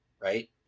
right